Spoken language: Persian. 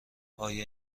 آیا